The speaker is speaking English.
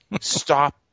stop